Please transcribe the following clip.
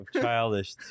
childish